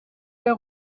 der